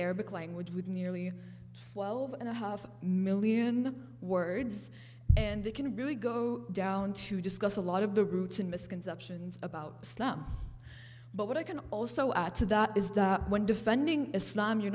arabic language with nearly twelve and a half million words and they can really go down to discuss a lot of the roots and misconceptions about stem but what i can also add to that is that when defending islam you're